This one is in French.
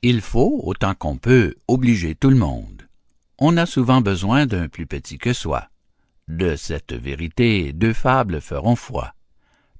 il faut autant qu'on peut obliger tout le monde on a souvent besoin d'un plus petit que soi de cette vérité deux fables feront foi